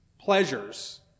pleasures